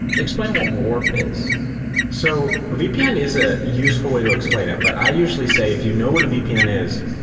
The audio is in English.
explain what warp is so vpn is a useful way to explain it, but i usually say if you know what a vpn is,